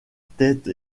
tête